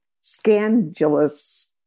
scandalous